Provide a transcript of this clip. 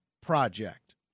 Project